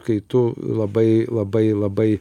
kai tu labai labai labai